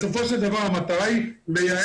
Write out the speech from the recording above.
בסופו של דבר המטרה היא לייעל,